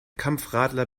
kampfradler